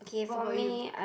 what about you